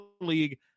league